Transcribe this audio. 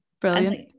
brilliant